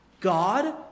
God